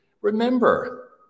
remember